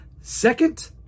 Second